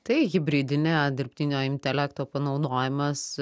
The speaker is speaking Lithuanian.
tai hibridinė dirbtinio intelekto panaudojimas